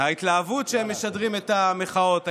ההתלהבות שבה משדרים את המחאות,